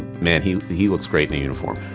man, he he looks great in the uniform.